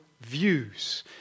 views